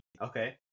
Okay